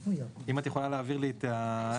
אם את יכולה להעביר לי את האס-אם-אס